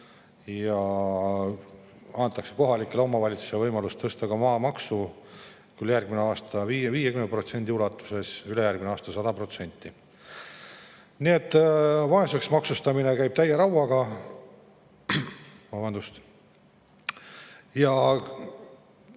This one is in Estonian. ja antakse kohalikele omavalitsustele võimalus tõsta maamaksu – järgmisel aastal 50% ulatuses, ülejärgmisel aastal 100%. Nii et vaeseks maksustamine käib täie rauaga. Komisjonides